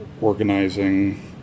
organizing